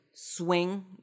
swing